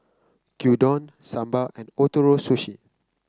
Gyudon Sambar and Ootoro Sushi